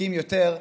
דופקים יותר,